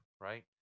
right